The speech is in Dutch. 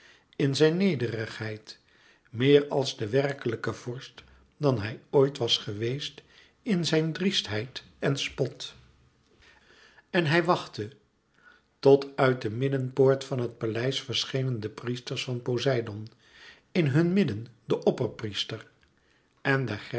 in zijn nederigheid meer als de werkelijke vorst dan hij ooit was geweest in zijn driestheid en spot en hij wachtte tot uit de middenpoort van het paleis verschenen de priesters van poseidoon in hun midden de opperpriester en de